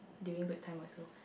during break time also